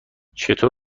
چطور